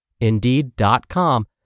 Indeed.com